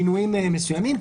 כמובן בשינויים מסוימים,